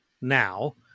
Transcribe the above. now